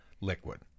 liquid